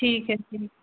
ठीक है फिर